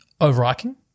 Overarching